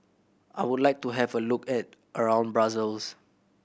I would like to have a look at around Brussels